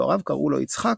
והוריו קראו לו יצחק,